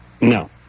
No